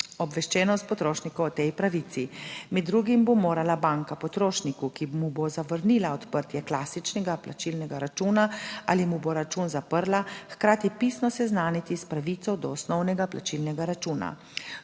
obveščenost potrošnikov o tej pravici. Med drugim bo morala banka potrošniku, ki mu bo zavrnila odprtje klasičnega plačilnega računa ali mu bo račun zaprla, hkrati pisno seznaniti s pravico do osnovnega plačilnega računa.